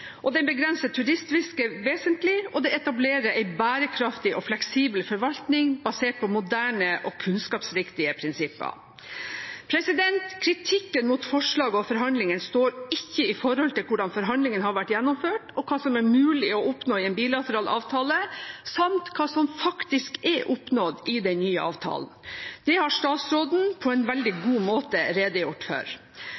og den begrenser turistfisket vesentlig og etablerer en bærekraftig og fleksibel forvaltning basert på moderne og kunnskapsriktige prinsipper. Kritikken mot forslaget og forhandlingene står ikke i forhold til hvordan forhandlingene har vært gjennomført, hva som er mulig å oppnå i en bilateral avtale, samt hva som faktisk er oppnådd i den nye avtalen. Det har statsråden på en veldig